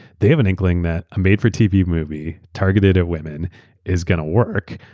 they have an inkling that a made-for-tv movie targeted at women is going to work.